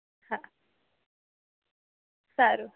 હા સારું